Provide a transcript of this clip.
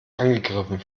angegriffen